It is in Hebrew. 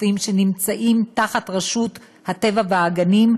להצעת החוק לא הוגשו שום הסתייגויות,